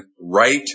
right